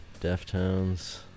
Deftones